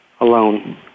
alone